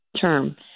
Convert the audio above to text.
term